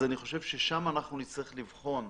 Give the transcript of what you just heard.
אני חושב שנצטרך לבחון,